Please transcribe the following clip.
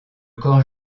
corps